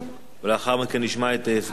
ולאחר מכן נשמע את סגן השר.